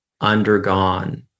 undergone